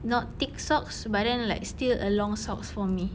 not thick socks but then like still a long socks for me